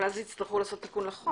אבל אז יצטרכו לעשות תיקון לחוק.